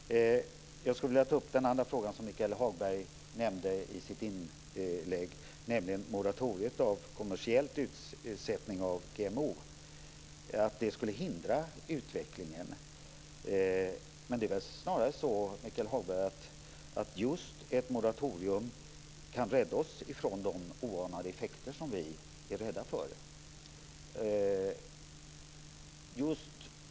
Jag vill ta upp den andra frågan som Michael Hagberg nämnde i sitt inlägg, nämligen moratoriet för kommersiell utsättning av GMO. Han menar att det skulle hindra utvecklingen. Men ett moratorium kan rädda oss från de oanade effekter som vi är rädda för.